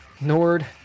nord